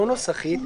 לא נוסחית.